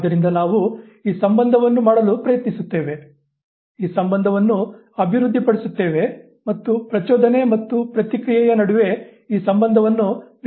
ಆದ್ದರಿಂದ ನಾವು ಈ ಸಂಬಂಧವನ್ನು ಮಾಡಲು ಪ್ರಯತ್ನಿಸುತ್ತೇವೆ ಈ ಸಂಬಂಧವನ್ನು ಅಭಿವೃದ್ಧಿಪಡಿಸುತ್ತೇವೆ ಮತ್ತು ಪ್ರಚೋದನೆ ಮತ್ತು ಪ್ರತಿಕ್ರಿಯೆಯ ನಡುವೆ ಈ ಸಂಬಂಧವನ್ನು ವಿಕಸನಗೊಳಿಸುತ್ತೇವೆ